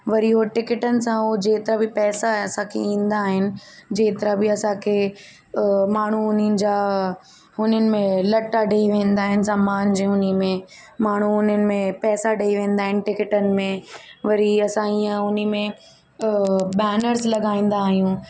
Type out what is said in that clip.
वरी उहो टिकिटनि सां उहो जेतिरा बि पैसा असांखे ईंदा आहिनि जेतिरा बि असांखे माण्हू उन्हनि जा हुननि में लटा ॾेई वेंदा आहिनि सामान जी उन में माण्हू उन में पैसा ॾेई वेंदा आहिनि टिकिटनि में वरी असां ईअं उन में बेनर्स लॻाईंदा आहियूं